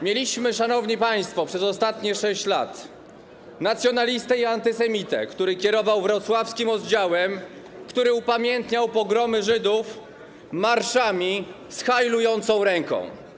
Mieliśmy, szanowni państwo, przez ostatnie 6 lat nacjonalistę i antysemitę, który kierował wrocławskim oddziałem, który upamiętniał pogromy Żydów marszami z hajlującą ręką.